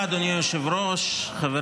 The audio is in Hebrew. הכספים וניהולם), התשפ"ג 2023 חבר